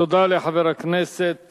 תודה לחבר הכנסת